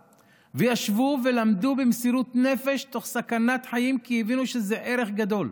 וישבו ולמדו במסירות נפש תוך סכנת חיים כי הבינו שזה ערך גדול.